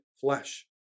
flesh